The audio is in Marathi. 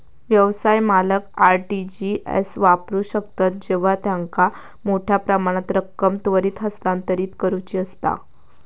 व्यवसाय मालक आर.टी.जी एस वापरू शकतत जेव्हा त्यांका मोठ्यो प्रमाणात रक्कम त्वरित हस्तांतरित करुची असता